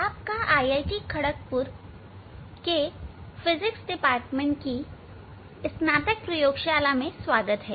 आपका आईआईटी खड़कपुर के physics department की स्नातक प्रयोगशाला में स्वागत है